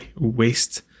waste